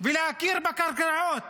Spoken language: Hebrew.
ולהכיר בקרקעות,